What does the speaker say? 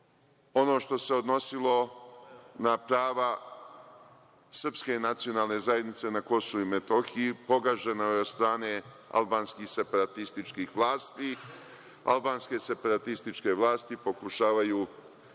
Ono što se odnosilo na prava srpske nacionalne zajednice na Kosovu i Metohiji, pogaženo je od strane albanskih separatističkih vlasti. Albanske separatističke vlasti pokušavaju